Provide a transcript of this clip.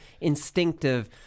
instinctive